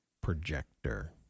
projector